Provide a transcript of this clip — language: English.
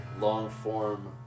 long-form